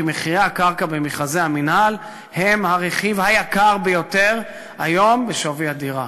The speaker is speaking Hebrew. כי מחירי הקרקע במכרזי המינהל הם הרכיב היקר ביותר היום בשווי הדירה.